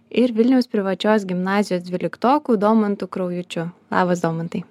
ir vilniaus privačios gimnazijos dvyliktoku domantu kraujučiu labas domantai